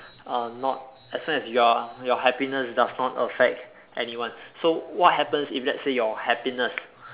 uh not as long as you are your happiness does not affect anyone so what happens if let's say your happiness